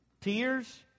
Tears